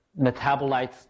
metabolites